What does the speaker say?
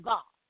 God